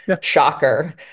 Shocker